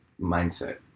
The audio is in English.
mindset